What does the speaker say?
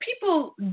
people